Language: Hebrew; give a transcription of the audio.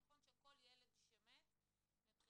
נכון שכל ילד שמת מבחינתנו,